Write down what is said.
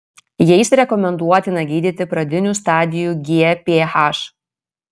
jais rekomenduotina gydyti pradinių stadijų gph